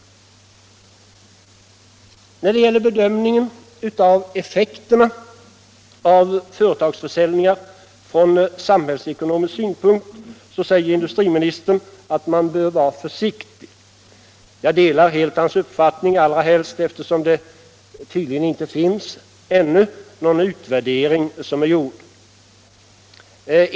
När det gäller bedömningen av effekterna av företagsförsäljningar från samhällsekonomisk synpunkt säger industriministern att man bör vara försiktig. Jag delar hans uppfattning allra helst som det tydligen inte finns någon utvärdering gjord ännu.